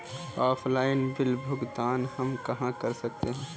Offline bill भुगतान हम कहां कर सकते हैं?